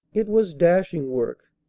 it was dashing work,